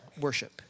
worship